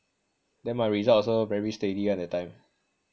then my result also very steady [one] that time